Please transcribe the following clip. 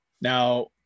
now